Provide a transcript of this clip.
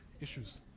Issues